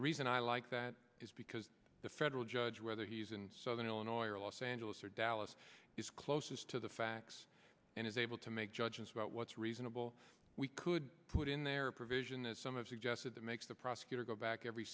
the reason i like that is because the federal judge whether he's in southern illinois or los angeles or dallas is closest to the facts and is able to make judgments about what's reasonable we could put in there a provision that some of suggested that makes the prosecutor go back every